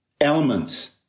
elements